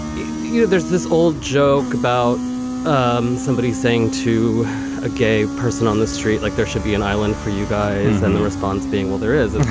you know there's this old joke about um somebody saying to a gay person on the street like there should be an island for you guys and the response being well there is